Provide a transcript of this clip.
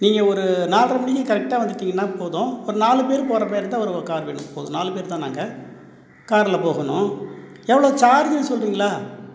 நீங்கள் ஒரு நால்ரை மணிக்கு கரெக்டா வந்துட்டீங்கன்னால் போதும் ஒரு நாலு பேரு போகிற மாதிரி தான் ஒரு ஒரு கார் வேணும் போதும் நாலு பேரு தான் நாங்கள் காரில் போகணும் எவ்வளோ சார்ஜுன்னு சொல்கிறீங்களா